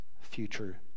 future